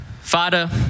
Father